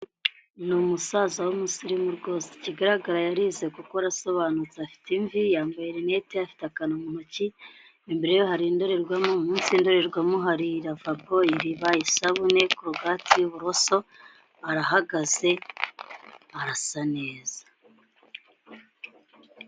Umusaza w'umusirimu rwose ikigaragara yarize gukora asobanutse afite imvi yambaye lunette afite akantu mu ntoki imbere ye hari indorerwamo munsi y'indorerwamo hari lavabo isabune korogate ibumoso arahagaze arasa neza.